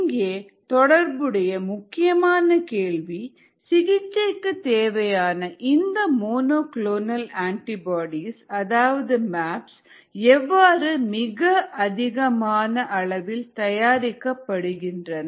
இங்கே தொடர்புடைய முக்கியமான கேள்வி சிகிச்சைக்கு தேவையான இந்த மோனோ குளோனல் அண்டிபோடீஸ் அதாவது மேப்ஸ் எவ்வாறு மிக அதிகமான அளவில் தயாரிக்கப்படுகின்றன